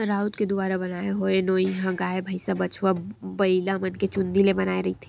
राउत के दुवारा बनाय होए नोई ह गाय, भइसा, बछवा, बइलामन के चूंदी ले बनाए रहिथे